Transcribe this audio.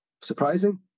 surprising